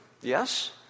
Yes